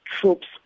troops